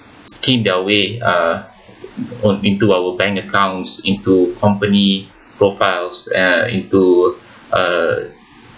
scheme their way uh on into our bank accounts into company profiles uh into uh